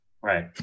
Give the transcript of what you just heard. Right